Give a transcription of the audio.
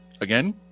again